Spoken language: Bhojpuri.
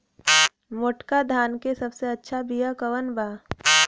मोटका धान के सबसे अच्छा बिया कवन बा?